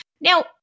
Now